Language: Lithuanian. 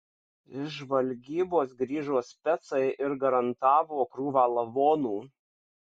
iš žvalgybos grįžo specai ir garantavo krūvą lavonų